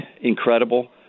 incredible